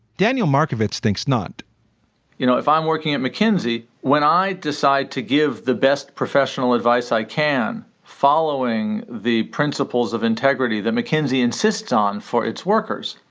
daniel markovits thinks not you know, if i'm working at mckinsey, when i decide to give the best professional advice i can following the principles of integrity that mckinsey insists on for its workers.